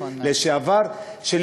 מכירה את זה כראשת עיר לשעבר, נכון מאוד.